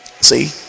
See